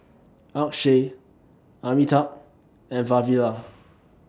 Akshay Amitabh and Vavilala